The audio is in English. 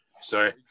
sorry